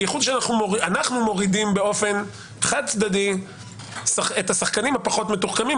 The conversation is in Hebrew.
בייחוד כשאנחנו מורידים באופן חד-צדדי את השחקנים הפחות מתוחכמים.